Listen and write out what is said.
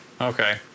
Okay